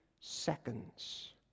seconds